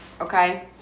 okay